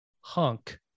hunk